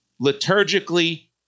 liturgically